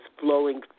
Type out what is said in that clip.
flowing